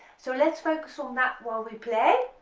so let's focus on that while we play